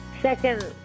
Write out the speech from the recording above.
second